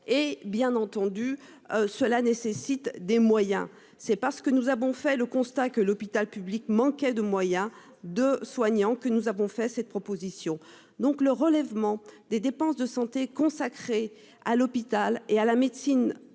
Bien entendu, cela nécessite des moyens. C'est parce que nous avons fait le constat que l'hôpital public manquait de moyens et de soignants que nous avions déposé cette proposition de loi. Le relèvement des dépenses de santé consacrées à l'hôpital et à la médecine